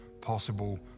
possible